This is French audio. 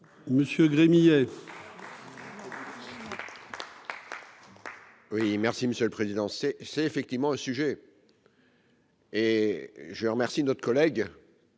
Monsieur Gremillet. Oui, merci Monsieur le Président, c'est, c'est effectivement un sujet. Et je remercie notre collègue.